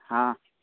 हाँ